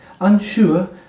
unsure